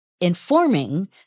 informing